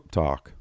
talk